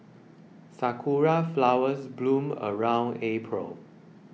sakura flowers bloom around April